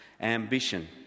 ambition